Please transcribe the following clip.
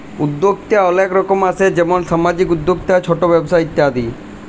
উদ্যক্তা অলেক রকম আসে যেমল সামাজিক উদ্যক্তা, ছট ব্যবসা ইত্যাদি